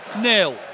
nil